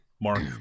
mark